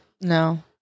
No